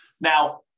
Now